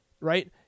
right